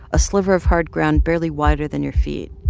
a sliver of hard ground barely wider than your feet.